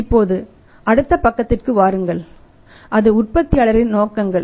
இப்போது அடுத்த பக்கத்திற்கு வாருங்கள் அது உற்பத்தியாளரின் நோக்கங்கள்